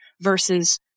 versus